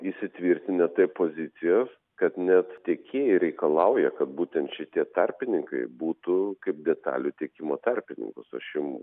įsitvirtinę taip pozicijas kad net tikėjai reikalauja kad būtent šitie tarpininkai būtų kaip detalių tiekimo tarpininkus aš jum